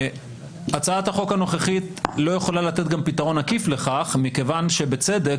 הצעת החוק הנוכחית לא יכולה לתת גם פתרון עקיף לכך מכיוון שבצדק,